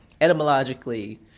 etymologically